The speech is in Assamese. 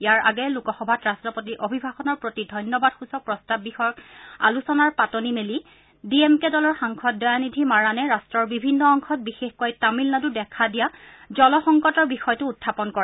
ইয়াৰ আগেয়ে লোকসভাত ৰাষ্ট্ৰপতিৰ অভিভাষণৰ প্ৰতি ধন্যবাদ সূচক প্ৰস্তাৱ বিষয়ক আলোচনাৰ পাতনি মেলি ডি এম কে দলৰ সাংসদ দয়ানিধি মাৰাণে ৰাট্টৰ বিভিন্ন অংশত বিশেষকৈ তামিলনাড়ত দেখা দিয়া জলসংকটৰ বিষয়টো উখাপন কৰে